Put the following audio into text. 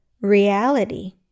reality